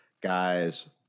Guys